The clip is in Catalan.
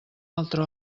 altre